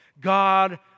God